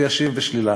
הוא ישיב בשלילה,